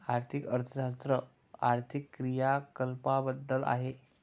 आर्थिक अर्थशास्त्र आर्थिक क्रियाकलापांबद्दल आहे